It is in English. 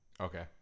Okay